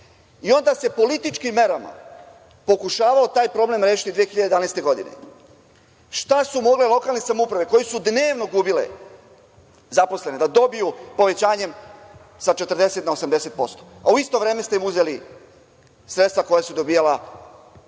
i onda se političkim merama pokušavao taj problem rešiti 2011. godine. Šta su mogle lokalne samouprave, koje su dnevno gubile zaposlene, da dobiju povećanjem sa 40% na 80%, a u isto vreme ste im uzeli sredstva koja su dobijala na